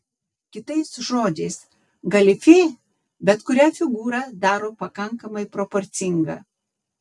kitais žodžiais galifė bet kurią figūrą daro pakankamai proporcinga